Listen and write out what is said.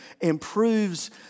improves